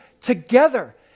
together